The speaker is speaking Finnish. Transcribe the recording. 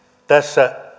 tässä